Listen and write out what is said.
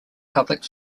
public